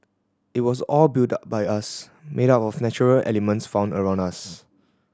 it was all built by us made up of natural elements found around us